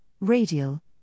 radial